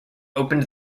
opened